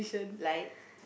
like